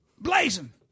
blazing